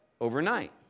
overnight